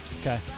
Okay